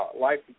life